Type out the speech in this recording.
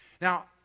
Now